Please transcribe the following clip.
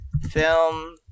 film